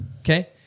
Okay